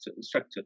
structure